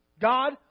God